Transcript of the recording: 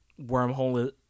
wormhole